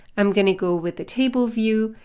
i'm going to go with the table view,